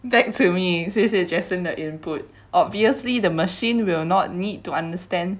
back to me 谢谢 jaslyn 的 input obviously the machine will not need to understand